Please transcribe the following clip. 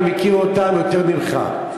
אני מכיר אותם יותר ממך,